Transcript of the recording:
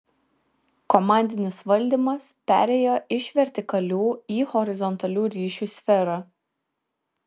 komandinis valdymas perėjo iš vertikalių į horizontalių ryšių sferą